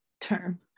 term